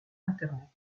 internet